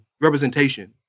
representation